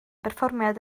berfformiad